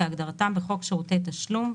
כהגדרתם בחוק שירותי תשלום,